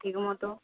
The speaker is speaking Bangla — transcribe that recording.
ঠিক মতো